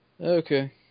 okay